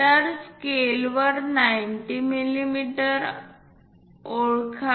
तर स्केलवर 90 मिमी ओळखा